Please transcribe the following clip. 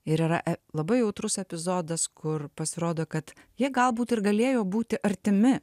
ir yra labai jautrus epizodas kur pasirodo kad jie galbūt ir galėjo būti artimi